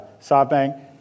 SoftBank